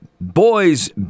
Boy's